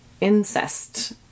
incest